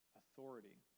authority